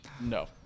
No